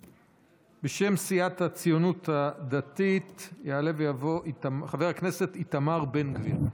בשם סיעת הציונות הדתית יעלה ויבוא חבר הכנסת איתמר בן גביר.